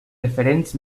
referents